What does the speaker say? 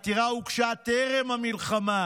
העתירה הוגשה טרם המלחמה.